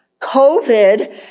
COVID